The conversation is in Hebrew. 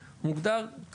מוגדר,